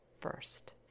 first